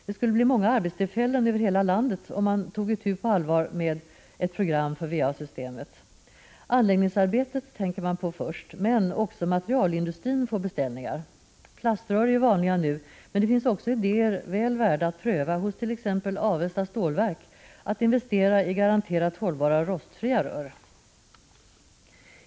Det skulle bli många arbetstillfällen över hela landet om man på allvar tog itu med ett program för VA-systemet. Det är först och främst anläggningsarbeten, men också materialindustrin får beställningar. Plaströr är vanliga nu, men det finns också idéer — väl värda att pröva hos t.ex. Avesta AB - om investeringar i garanterat hållbara rostfria rör.